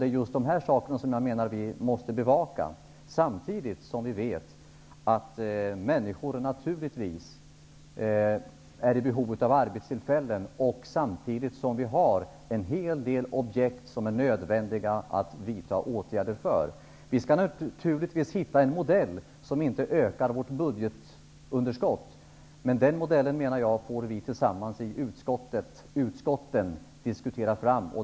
Det är just sådana saker som jag menar att vi måste bevaka. Vi vet naturligtvis att människor är i behov av arbetstillfällen, och detta samtidigt som en hel del objekt kräver åtgärder. Och självfallet skall vi hitta en modell som inte innebär att vårt budgetunderskott ökar. Men den modellen, menar jag, får vi i utskotten tillsammans diskutera fram.